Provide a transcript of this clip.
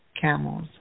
Camels